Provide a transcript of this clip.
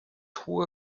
hohe